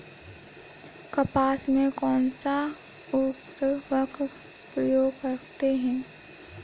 कपास में कौनसा उर्वरक प्रयोग करते हैं?